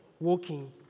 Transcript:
walking